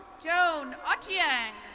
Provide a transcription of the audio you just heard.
joan utchian.